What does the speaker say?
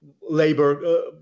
labor